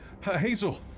Hazel